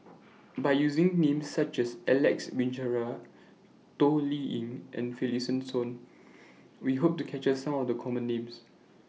By using Names such as Alex Abisheganaden Toh Liying and Finlayson We Hope to capture Some of The Common Names